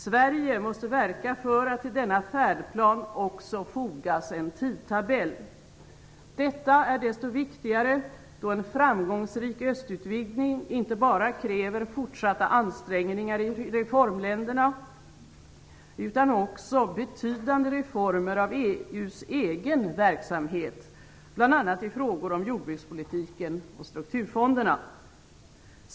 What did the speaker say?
Sverige måste verka för att det till denna färdplan också fogas en tidtabell. Detta är desto viktigare då en framgångsrik östutvidgning inte bara kräver fortsatta ansträngningar i reformländerna utan också betydande reformer av EU:s egen verksamhet bl.a. i frågor om jordbrukspolitiken och strukturfonderna.